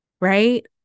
right